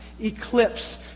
Eclipse